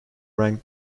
rank